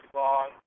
long